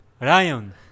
Ryan